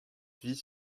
vit